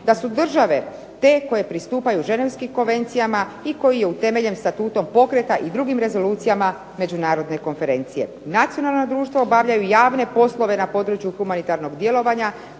da su države te koje pristupaju Ženevskim konvencijama i koji je utemeljen Statutom pokreta i drugim rezolucijama Međunarodne konferencije. Nacionalna društva obavljaju javne poslove na području humanitarnog djelovanja